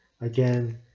again